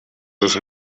das